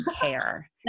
care